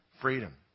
Freedom